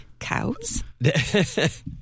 Cows